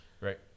Right